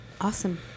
awesome